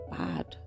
bad